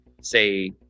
say